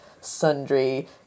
sundry